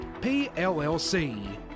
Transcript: pllc